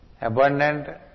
abundant